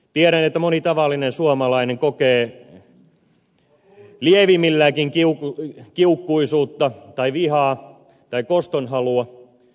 tiedän että moni tavallinen suomalainen kokee lievimmilläänkin kiukkuisuutta tai vihaa tai kostonhalua